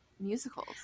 musicals